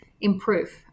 improve